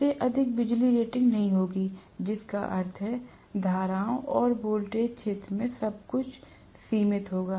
इससे अधिक बिजली रेटिंग नहीं होगी जिसका अर्थ है धाराओं और वोल्टेज क्षेत्र में सब कुछ कुछ सीमित होगा